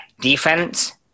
defense